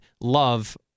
love